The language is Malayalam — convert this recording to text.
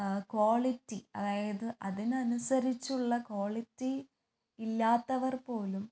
ക്വാളിറ്റി അതായത് അതിനനുസരിച്ചുള്ള ക്വാളിറ്റി ഇല്ലാത്തവർ പോലും